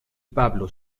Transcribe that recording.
pablo